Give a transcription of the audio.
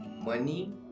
money